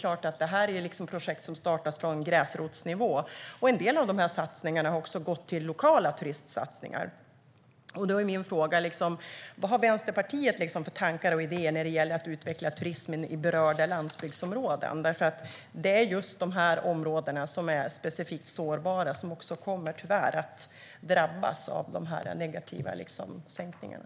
Detta är projekt som startas från gräsrotsnivå, och en del av dessa pengar har också gått till lokala turistsatsningar. Vad har Vänsterpartiet för tankar och idéer när det gäller att utveckla turismen i berörda landsbygdsområden? Det är ju just dessa områden som är specifikt sårbara som också kommer att drabbas av sänkningarna.